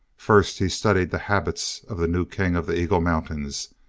first he studied the habits of the new king of the eagle mountains,